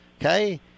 okay